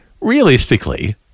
realistically